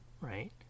right